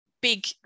big